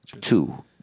Two